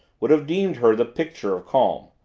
would have deemed her the picture of calm.